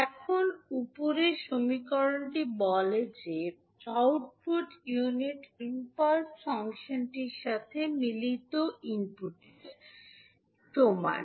এখন উপরের সমীকরণটি বলে যে আউটপুট ইউনিট ইমপালস ফাংশনটির সাথে মিলিত ইনপুট সমান